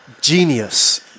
genius